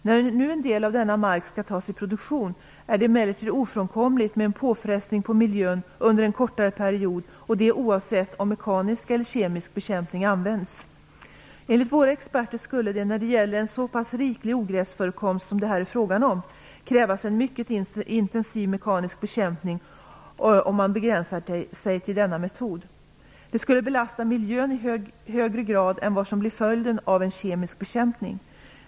När nu en del av denna mark skall tas i produktion är det emellertid ofrånkomligt med en påfrestning på miljön under en kortare period, och det oavsett om mekanisk eller kemisk bekämpning används. Enligt experter skulle det, när det gäller en så pass riklig ogräsbekämpning som det här är frågan om, krävas en mycket intensiv mekanisk bekämpning om man begränsar sig till denna metod. Det skulle belasta miljön i högre grad än vad som blir följden av en kemisk bekämpning.